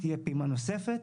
תהיה פעימה נוספת.